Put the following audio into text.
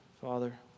Father